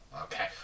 Okay